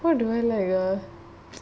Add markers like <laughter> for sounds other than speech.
what do I like ah <noise>